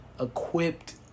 equipped